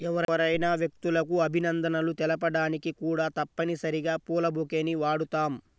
ఎవరైనా వ్యక్తులకు అభినందనలు తెలపడానికి కూడా తప్పనిసరిగా పూల బొకేని వాడుతాం